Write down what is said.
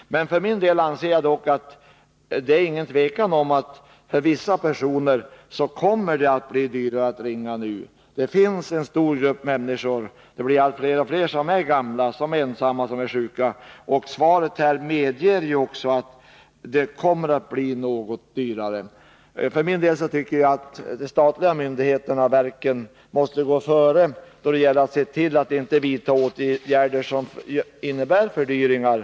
För min del anser jag dock att det inte är något tvivel om att för vissa personer kommer det att bli dyrare att ringa nu. Det finns en stor grupp människor, och den blir allt större, som är gamla, ensamma eller sjuka. I svaret medges också att långvariga lokalsamtal kommer att bli något dyrare. Jag tycker att de statliga myndigheterna och verken måste gå före då det gäller att se till att inte vidta åtgärder som innebär fördyringar.